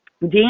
Dan